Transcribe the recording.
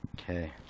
Okay